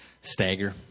stagger